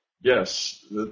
Yes